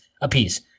apiece